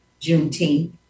Juneteenth